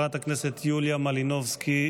הכנסת פועלת היום לחקיקת חוק,